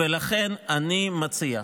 ולכן אני מציע,